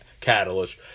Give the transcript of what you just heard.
catalyst